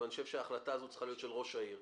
אבל אני חושב שההחלטה הזאת צריכה להיות של ראש העיר,